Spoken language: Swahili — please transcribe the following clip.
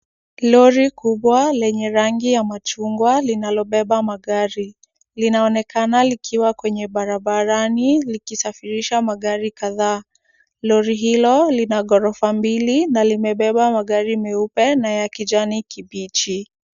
Lori kubwa lenye rangi ya machungwa, linalobeba magari. Linaonekana likiwa kwenye barabarani likisafirisha magari kadhaa. Lori hilo lina ghorofa mbili na limebeba magari meupe na ya kijani kibichi.